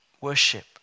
Worship